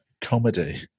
comedy